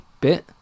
bit